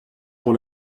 pour